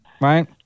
Right